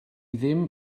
ddim